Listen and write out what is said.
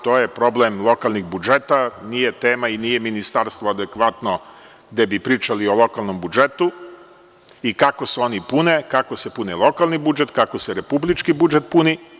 To je problem lokalnih budžeta, a nije tema i nije Ministarstvo adekvatno gde bi pričali o lokalnom budžetu, kako se oni pune, kako se puni lokalni budžet i kako se republički budžet puni.